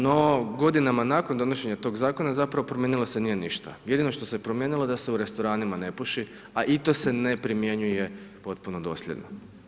No, godinama, nakon donošenja tog zakona, zapravo promijenilo se nije ništa, jedino što se je promijenilo, je to da se u restoranima ne puši, a i to se ne primjenjuje potpuno dosljedno.